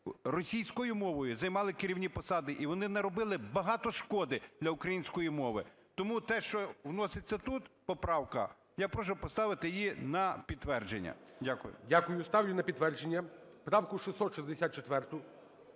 російською мовою, займали керівні посади і вони наробили багато шкоди для української мови. Тому те, що вноситься тут, поправка, я прошу поставити її на підтвердження. Дякую. ГОЛОВУЮЧИЙ. Дякую. Ставлю на підтвердження правку 664.